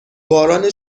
باران